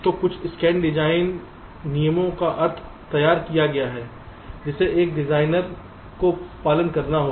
तो कुछ scan design नियमों का अर्थ तैयार किया गया है जिसे एक डिजाइनर को पालन करना होगा